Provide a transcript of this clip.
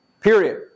Period